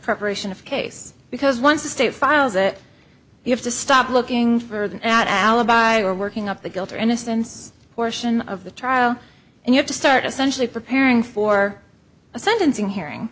preparation of case because once the state files it you have to stop looking for that alibi or working up the guilt or innocence portion of the trial and you have to start essentially preparing for a sentencing hearing